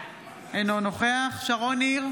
אינו נוכח שרון ניר,